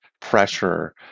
pressure